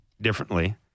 differently